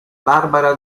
barbara